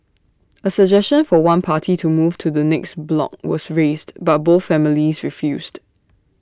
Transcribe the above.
A suggestion for one party to move to the next block was raised but both families refused